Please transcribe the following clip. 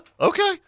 Okay